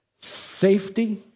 safety